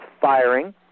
firing